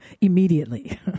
immediately